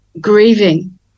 grieving